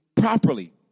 properly